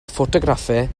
ffotograffau